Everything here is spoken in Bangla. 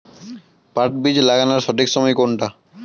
পাট বীজ লাগানোর সঠিক সময় কোনটা?